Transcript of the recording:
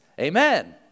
Amen